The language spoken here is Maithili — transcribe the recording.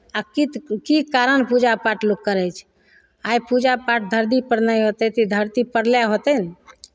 आ की की कारण पूजा पाठ लोक करै छै आइ पूजा पाठ धरतीपर नहि होइतै तऽ ई धरती प्रलय होतै ने